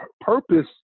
Purpose